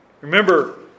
Remember